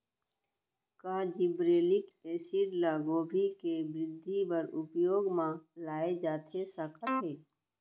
का gibberellic acid ल गोभी के वृद्धि बर उपयोग म लाये जाथे सकत हे?